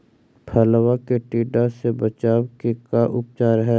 फ़सल के टिड्डा से बचाव के का उपचार है?